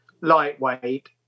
Lightweight